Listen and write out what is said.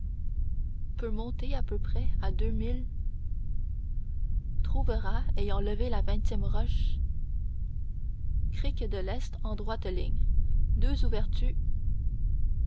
monter à peu près à deux mil trouvera ayant levé la vingtième roch crique de l'est en droite ligne deux ouvertu